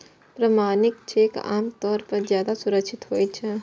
प्रमाणित चेक आम तौर पर ज्यादा सुरक्षित होइ छै